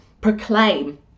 proclaim